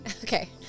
okay